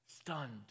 stunned